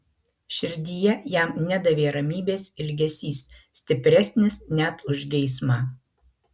širdyje jam nedavė ramybės ilgesys stipresnis net už geismą